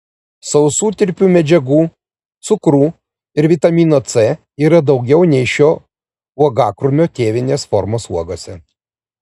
sausų tirpių medžiagų cukrų ir vitamino c yra daugiau nei šio uogakrūmio tėvinės formos uogose